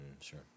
Sure